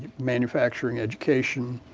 manufacturing, education,